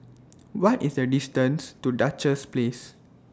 What IS The distance to Duchess Place